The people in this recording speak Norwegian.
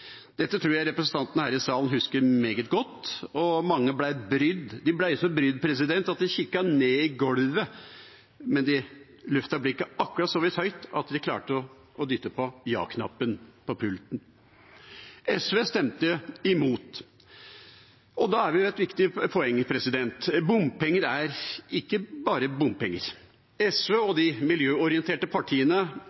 Dette tror jeg representantene i denne salen husker meget godt, og mange ble brydd. De ble så brydd at de kikket ned i gulvet, men de løftet blikket akkurat så høyt at de klarte å dytte på ja-knappen på pulten. SV stemte imot. Og da er vi ved et viktig poeng: Bompenger er ikke bare bompenger. SV og